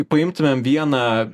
paimtumėm vieną